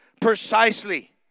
precisely